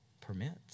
permits